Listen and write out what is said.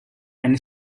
and